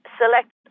select